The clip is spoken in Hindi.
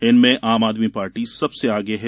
इनमें आम आदमी पार्टी सबसे आगे है